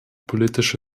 politische